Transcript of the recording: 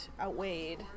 outweighed